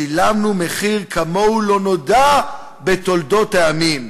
שילמנו מחיר כמוהו לא נודע בתולדות העמים.